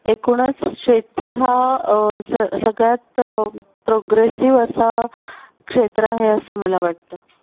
एकूणच शेती हा स सगळ्यात प्रोग्रेसिव्ह असा क्षेत्र आहे असं मला वाटतं